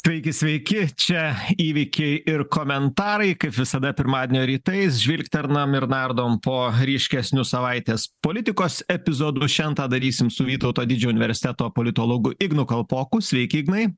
sveiki sveiki čia įvykiai ir komentarai kaip visada pirmadienio rytais žvilgternam ir nardom po ryškesnius savaitės politikos epizodus šian tą darysim su vytauto didžiojo universiteto politologu ignu kalpoku sveiki ignai